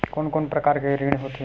कोन कोन प्रकार के ऋण होथे?